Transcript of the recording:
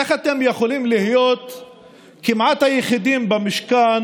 איך אתם יכולים להיות כמעט היחידים במשכן